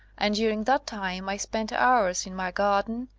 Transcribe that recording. and during that time i spent hours in my garden,